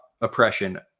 oppression